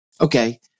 okay